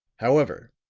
however,